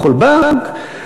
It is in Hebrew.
בכל בנק.